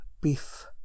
beef